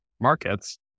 markets